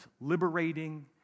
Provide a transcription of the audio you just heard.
liberating